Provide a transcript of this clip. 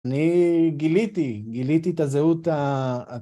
‫אני גיליתי, גיליתי את הזהות...